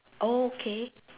oh okay